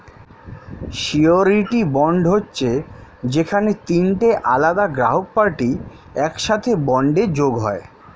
surety bond হচ্ছে যেখানে তিনটে আলাদা গ্রাহক পার্টি একসাথে বন্ডে যোগ হয়